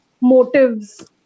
motives